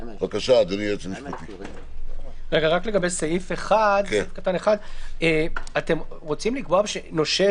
לגבי סעיף (1) אתם רוצים לקבוע שנושה